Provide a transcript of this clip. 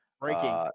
Breaking